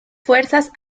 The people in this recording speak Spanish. fuerzas